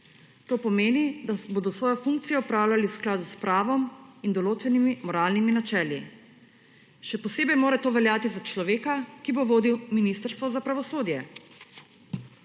To pomeni, da bodo svojo funkcijo opravljali v skladu s pravom in določenimi moralnimi načeli. Še posebej mora to veljati za človeka, ki bo vodil ministrstvo za pravosodje.